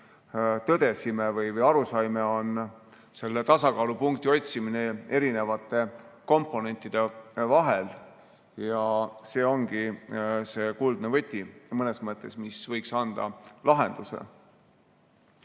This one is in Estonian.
tänagi siin tõdesime, on tasakaalupunkti otsimine erinevate komponentide vahel. See ongi see kuldne võti mõnes mõttes, mis võiks anda lahenduse.